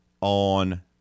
on